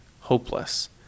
hopeless